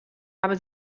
aber